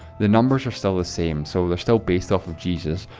the numbers are still the same, so they're still based off of jesus,